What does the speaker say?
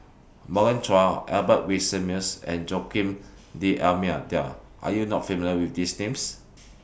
Morgan Chua Albert Winsemius and Joaquim Are YOU not familiar with These Names